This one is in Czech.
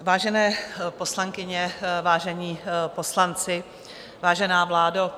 Vážené poslankyně, vážení poslanci, vážená vládo.